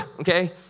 okay